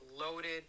loaded